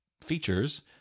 features